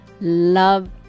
Love